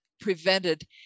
prevented